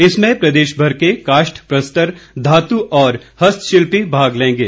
इसमें प्रदेश भर को काष्ठ प्रस्तर धातु और हस्तशिल्पी भाग लेंगे